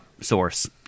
source